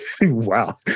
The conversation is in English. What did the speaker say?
Wow